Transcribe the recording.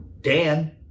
Dan